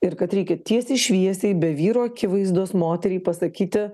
ir kad reikia tiesiai šviesiai be vyro akivaizdos moteriai pasakyti